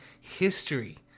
history